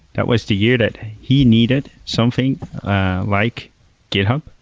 that was the year that he needed something like github,